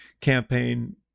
campaign